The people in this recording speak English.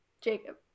Jacob